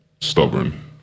stubborn